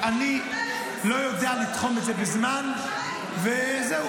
אני לא יודע לתחום את זה בזמן, וזהו.